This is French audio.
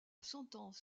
sentence